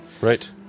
Right